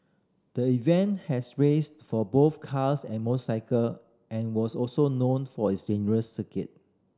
the event has raced for both cars and motorcycle and was also known for its dangerous circuit